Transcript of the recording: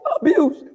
abuse